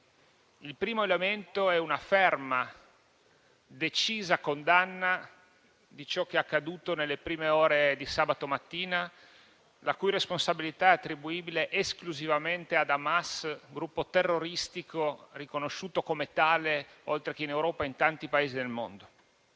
Il primo elemento è una ferma, decisa condanna di ciò che è accaduto nelle prime ore di sabato mattina, la cui responsabilità è attribuibile esclusivamente a Hamas, gruppo terroristico riconosciuto come tale, oltre che in Europa, in tanti Paesi del mondo.